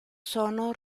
sono